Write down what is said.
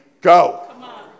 go